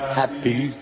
happy